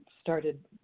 started